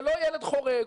זה לא ילד חורג,